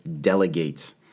delegates